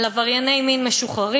על עברייני מין משוחררים,